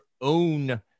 own